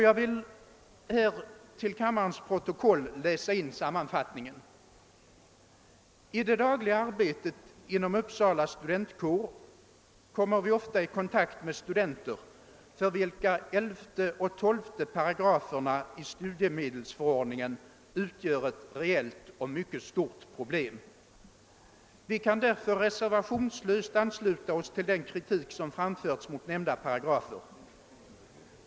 Jag vill till kammarens protokoll läsa in sammanfattningen: »I det dagliga arbetet inom Uppsala studentkår kommer vi ofta i kontakt med studenter för vilka 11 och 12 88 i studiemedelsförordningen utgör ett reellt och mycket stort problem. Vi kan därför reservationslöst ansluta oss till den kritik som framförts mot nämnda paragrafer.